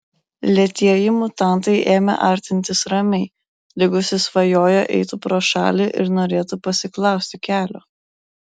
lėtieji mutantai ėmė artintis ramiai lyg užsisvajoję eitų pro šalį ir norėtų pasiklausti kelio